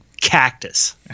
cactus